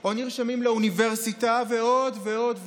או נרשמים לאוניברסיטה ועוד ועוד ועוד,